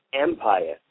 Empire